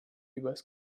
übers